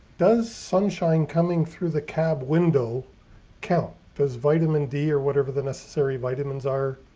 does sunshine coming through the cab window count does vitamin d or whatever the necessary vitamins are,